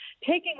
taking